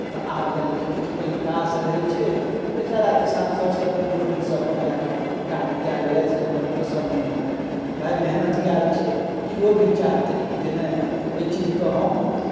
तऽ आब यानिकि किछु पानिके आस रहै छै तऽ बेचारा किसानसभ छियै अपन बोर्डिंगसँ अपन लए कऽ काज कए लेलथि जे हमर फसल नहि मरय भाय मेहनत कयल छै किओ भी चाहतै जे नहि एहि चीजकेँ हम